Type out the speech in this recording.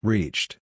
Reached